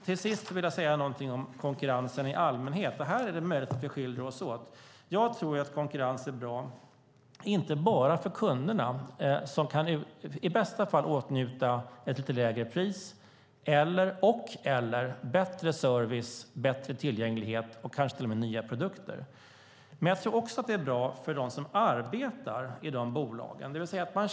Till sist vill jag säga någonting om konkurrensen i allmänhet. Här är det möjligt att vi skiljer oss åt. Jag tror att konkurrens är bra inte bara för kunderna som i bästa fall kan åtnjuta ett lite lägre pris och/eller bättre service, bättre tillgänglighet och kanske till och med nya produkter. Jag tror också att det är bra för dem som arbetar i de bolagen.